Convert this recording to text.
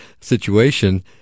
situation